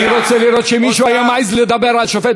אני רוצה לראות שמישהו היה מעז לדבר על שופט